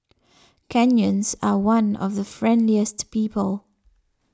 Kenyans are one of the friendliest people